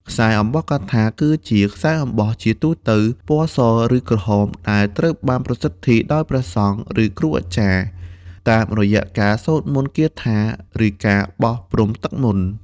សម្រាប់កុមារដែលឧស្សាហ៍យំ ឬឆាប់ភ័យខ្លាច គេជឿថាអង្កាំយ័ន្តអាចជួយឱ្យពួកគេមានអារម្មណ៍សុវត្ថិភាព និងស្ងប់ចិត្ត។